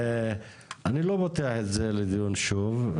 אני לא פותח את זה לדיון שוב.